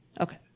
Okay